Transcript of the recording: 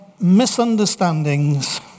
misunderstandings